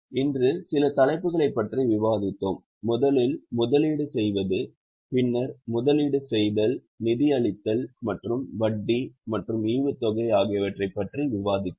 இன்று சில தலைப்புகளை பற்றி விவாதித்தோம் முதலில் முதலீடு செய்வது பின்னர் முதலீடு செய்தல் நிதியளித்தல் மற்றும் வட்டி மற்றும் ஈவுத்தொகை ஆகியவற்றை பற்றி விவாதித்தோம்